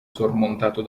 sormontato